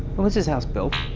was this house built?